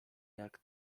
jak